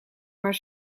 maar